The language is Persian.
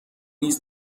نیز